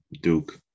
Duke